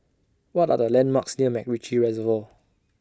What Are The landmarks near Macritchie Reservoir